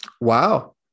Wow